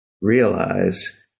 realize